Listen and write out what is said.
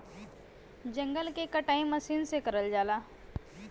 जंगल के कटाई मसीन से करल जाला